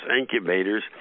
incubators